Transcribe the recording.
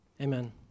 Amen